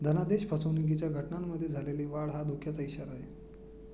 धनादेश फसवणुकीच्या घटनांमध्ये झालेली वाढ हा धोक्याचा इशारा आहे